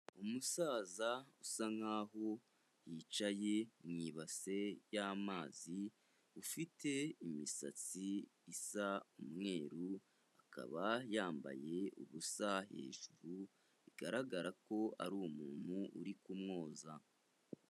Umusaza usa nkaho yicaye mu ibase y'amazi, ufite imisatsi isa umweru. Akaba yambaye ubusa hejuru bigaragara ko ari umuntu uri kumwoza.